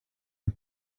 and